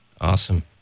Awesome